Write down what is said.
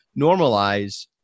normalize